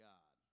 God